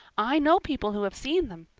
i know people who have seen them.